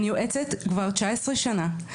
אני יועצת כבר 19 שנה,